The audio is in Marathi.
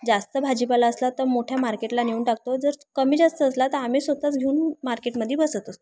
जास्त भाजीपाला असला तर मोठ्या मार्केटला नेऊन टाकतो जर कमी जास्त असला तर आम्ही स्वत च घेऊन मार्केटमध्ये बसत असतो